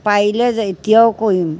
পাৰিলে যে এতিয়াও কৰিম